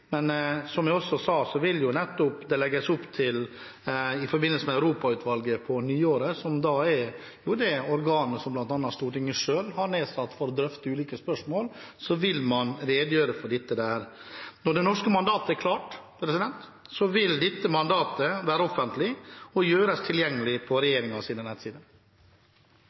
Som jeg også sa, vil det legges opp til at man på nyåret vil redegjøre for dette i Europautvalget, som jo er det organet Stortinget selv har nedsatt for å drøfte ulike spørsmål. Når det norske mandatet er klart, vil dette mandatet være offentlig og gjøres tilgjengelig på regjeringens nettsider.